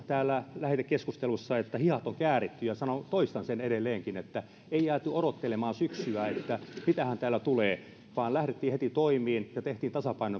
täällä lähetekeskustelussa että hihat on kääritty ja toistan sen edelleenkin että ei jääty odottelemaan syksyä että mitähän täällä tulee vaan lähdettiin heti toimiin ja tehtiin tasapainoinen